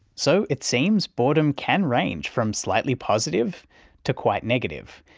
so, it seems boredom can range from slightly positive to quite negative,